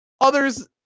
Others